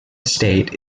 state